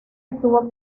estuvo